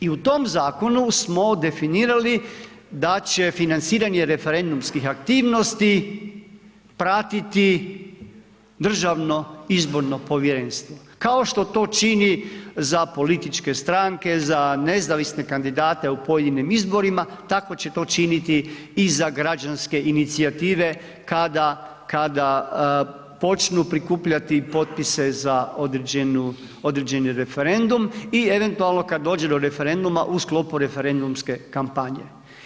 I u tom zakonu smo definirali da će financiranje referendumskih aktivnosti pratiti Državno izborno povjerenstvo, kao što to čini za političke stranke, za nezavisne kandidate u pojedinim izborima tako će to činiti i za građanske inicijative kada, kada počnu prikupljati potpise za određeni referendum i eventualno kad dođe do referenduma u sklopu referendumske kampanje.